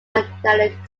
magnetic